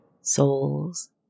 ...souls